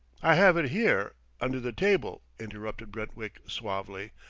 i have it here under the table, interrupted brentwick suavely.